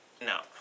no